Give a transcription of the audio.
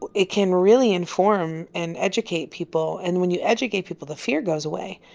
but it can really inform and educate people. and when you educate people, the fear goes away.